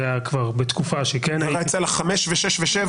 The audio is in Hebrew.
זה היה כבר בתקופה שכן הייתי --- ראאד סלאח חמש ושש ושבע